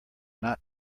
not